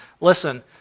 Listen